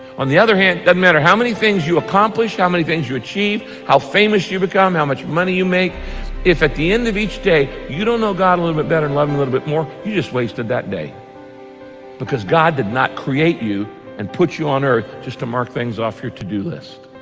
on the other hand doesn't matter how many things you accomplished how many things you achieve? how famous you become how much money you make if at the end of each day you don't know god a little bit better an love him a little bit more. you just wasted that day because god did not create you and put you on earth just to mark things off your to-do list